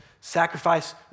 sacrifice